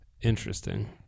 interesting